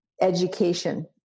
education